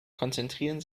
konzentrieren